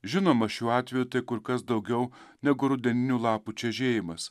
žinoma šiuo atveju tai kur kas daugiau negu rudeninių lapų čežėjimas